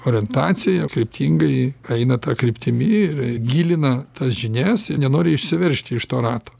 orientacija kryptingai eina ta kryptimi ir gilina tas žinias ir nenori išsiveržti iš to rato